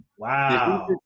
Wow